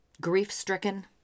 grief-stricken